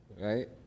right